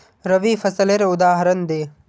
रवि फसलेर उदहारण दे?